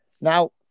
Now